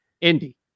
indy